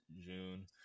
June